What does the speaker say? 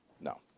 No